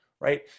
right